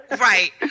Right